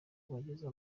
kubagezaho